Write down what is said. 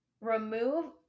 Remove